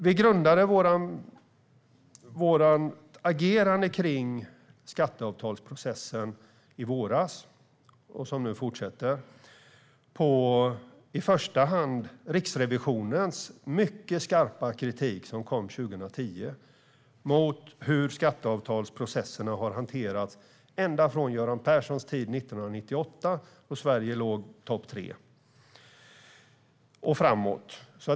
Vi grundade vårt agerande kring skatteavtalsprocessen i våras - den process som nu fortsätter - i första hand på Riksrevisionens mycket skarpa kritik 2010 mot hur skatteavtalsprocesserna har hanterats ända från Göran Perssons tid 1998, då Sverige var tredje i topp, och framåt.